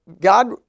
God